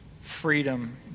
freedom